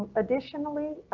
additionally,